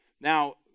Now